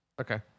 Okay